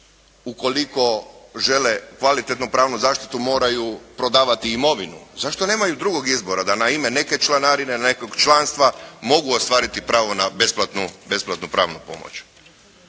ukoliko žele kvalitetnu pravnu zaštitu moraju prodavati imovinu? Zašto nemaju drugog izbora, da na ime neke članarine, nekog članstva mogu ostvariti pravo na besplatnu pravnu pomoć.